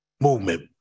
movement